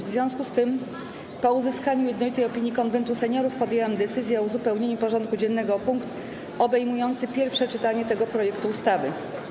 W związku z tym, po uzyskaniu jednolitej opinii Konwentu Seniorów, podjęłam decyzję o uzupełnieniu porządku dziennego o punkt obejmujący pierwsze czytanie tego projektu ustawy.